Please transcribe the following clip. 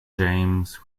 james